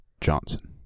Johnson